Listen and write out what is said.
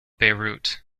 beirut